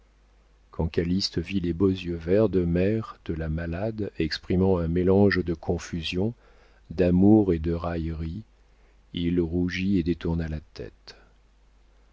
vit les beaux yeux vert de mer de la malade exprimant un mélange de confusion d'amour et de raillerie il rougit et détourna la tête